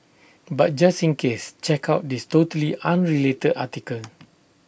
but just in case check out this totally unrelated article